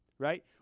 right